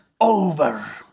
over